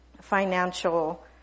financial